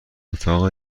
اتاق